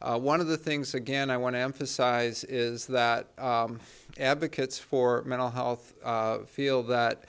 one of the things again i want to emphasize is that advocates for mental health feel that